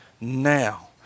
now